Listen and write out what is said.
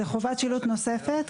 זה חובת שילוט נוספת.